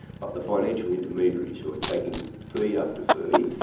but the financial intermediaries, who are taking fee after fee,